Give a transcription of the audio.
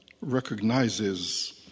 recognizes